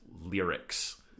lyrics